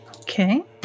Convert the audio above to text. Okay